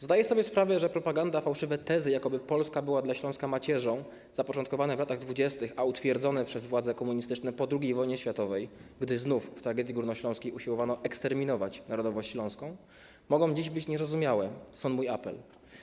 Zdaję sobie sprawę, że propaganda fałszywe tezy, jakoby Polska była dla Śląska macierzą, zapoczątkowane w latach 20., a utwierdzone przez władze komunistyczne po II wojnie światowej, gdy znów w tragedii górnośląskiej usiłowano eksterminować narodowość śląską, mogą dziś być niezrozumiałe, stąd mój apel.